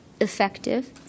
effective